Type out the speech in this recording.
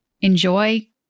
enjoy